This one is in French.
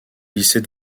lycée